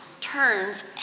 turns